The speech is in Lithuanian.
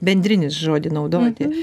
bendrinį žodį naudoti